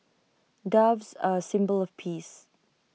doves are A symbol of peace